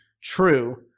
true